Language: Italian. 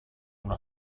una